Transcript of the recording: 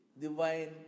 divine